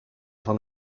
van